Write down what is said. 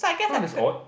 !huh! that's odd